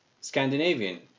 Scandinavian